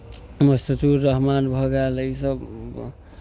रहमान भऽ गेल ईसभ